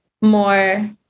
more